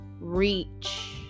reach